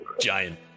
giant